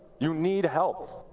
you need help.